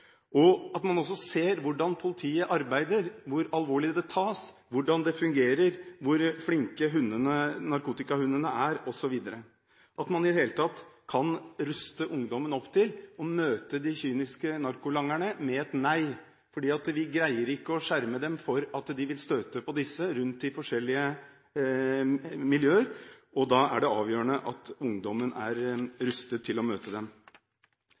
at de også ser hvordan politiet arbeider, hvor alvorlig dette tas, hvordan det fungerer, hvor flinke narkotikahundene er osv. Hensikten har i det hele tatt vært å ruste ungdommen til å møte de kyniske narkolangerne med et «nei». Vi greier ikke å skjerme dem mot å støte på disse rundt i forskjellige miljøer, og da er det avgjørende at ungdommen er rustet til å møte